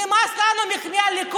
נמאס לנו מהליכוד,